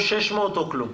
או 600 שקל או כלום.